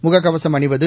முகக்கவசம் அணிவது